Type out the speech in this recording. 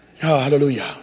Hallelujah